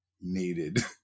needed